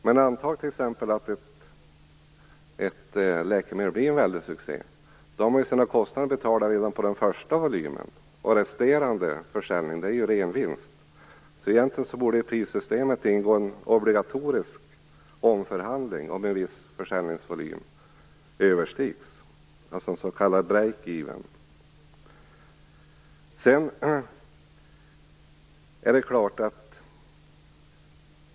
Men låt oss anta att ett läkemedel blir en stor succé. Då har man ju fått sina kostnader betalda redan på den första volymen. Resterande försäljning ger ju en ren vinst. Egentligen borde det i prissystemet ingå en obligatorisk omförhandling om en viss försäljningsnivå överskrids, dvs. en s.k. break even.